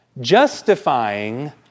justifying